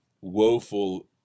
woeful